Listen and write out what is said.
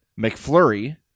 McFlurry